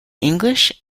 english